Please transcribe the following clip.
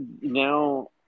now